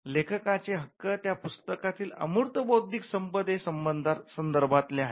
लेखकाचे हक्क हे त्या पुस्तकातील अमूर्त बौद्धिक संपदे संदर्भातले आहेत